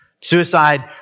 Suicide